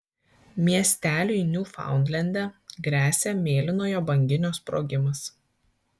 miesteliui niufaundlende gresia mėlynojo banginio sprogimas